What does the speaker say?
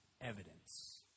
evidence